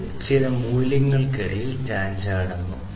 ഇത് ചില മൂല്യങ്ങൾക്കിടയിൽ ചാഞ്ചാടുന്നു